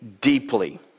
deeply